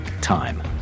time